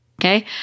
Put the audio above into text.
Okay